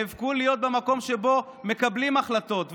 נאבקו להיות במקום שבו מקבלים החלטות,